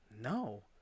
No